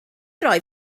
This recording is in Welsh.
rhoi